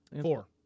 four